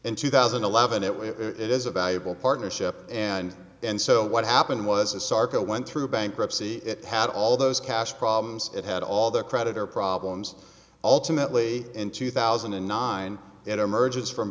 in two thousand and eleven it will it is a valuable partnership and and so what happened was is sarka went through bankruptcy it had all those cash problems it had all the creditor problems ultimately in two thousand and nine it emerges from